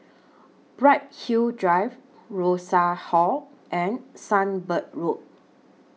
Bright Hill Drive Rosas Hall and Sunbird Road